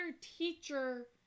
teacher